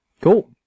cool